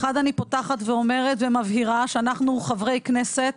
אני פותחת ואומרת ומבהירה שאנחנו חברי כנסת,